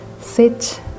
sit